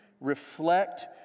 reflect